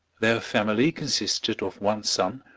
their family consisted of one son,